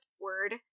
Word